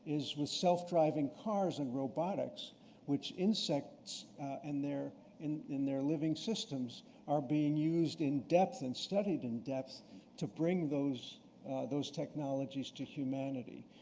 is with self-driving cars and robotics which insects and they're in in their living systems are being used in depth and studied in depth to bring those those technologies to humanity.